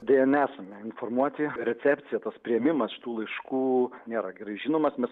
deja nesame informuoti recepcija tas priėmimas tų laiškų nėra gerai žinomas mes